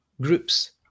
groups